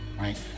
right